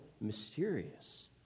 mysterious